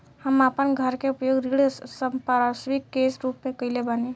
हम आपन घर के उपयोग ऋण संपार्श्विक के रूप में कइले बानी